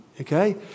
okay